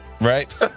right